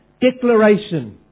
Declaration